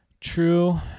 True